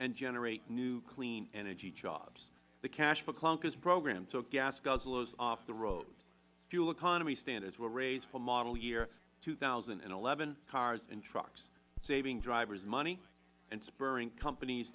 and generate new clean energy jobs the cash for clunkers program took gas guzzlers off the road fuel economy standards were raised for model year two thousand and eleven cars and trucks saving drivers money and spurring companies